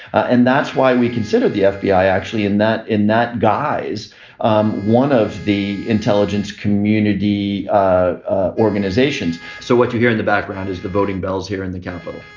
and that's why we consider the fbi actually in that in that guise um one of the intelligence community organizations so what you hear in the background is the voting bells here in the capitol.